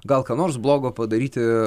gal ką nors blogo padaryti